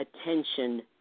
attention